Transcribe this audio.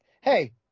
hey